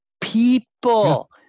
people